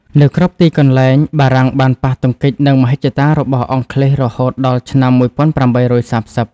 នៅគ្រប់ទីកន្លែងបារាំងបានប៉ះទង្គិចនឹងមហិច្ឆតារបស់អង់គ្លេសរហូតដល់ឆ្នាំ១៨៣០។